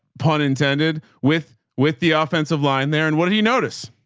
pun intended with with the offensive line there. and what did he notice?